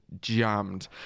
jammed